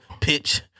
pitch